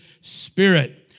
spirit